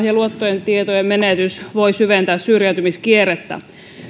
ja luottotietojen menetys voi syventää syrjäytymiskierrettä